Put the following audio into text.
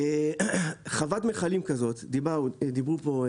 דיברו פה,